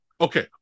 Okay